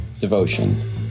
devotion